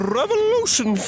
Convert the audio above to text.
revolution